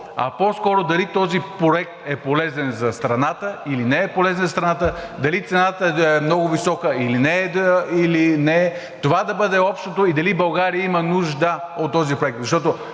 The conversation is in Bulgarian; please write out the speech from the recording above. а по-скоро дали този проект е полезен за страната, или не е полезен за страната, дали цената е много висока или не – това да бъде общото, и дали България има нужда от този проект.